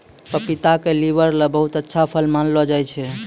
पपीता क लीवर ल बहुत अच्छा फल मानलो जाय छै